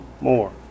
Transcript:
more